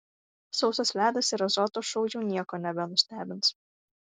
sausas ledas ir azoto šou jau nieko nebenustebins